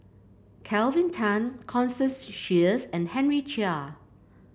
Kelvin Tan Constance Sheares and Henry Chia